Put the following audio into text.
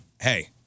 Hey